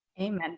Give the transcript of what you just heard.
Amen